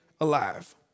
alive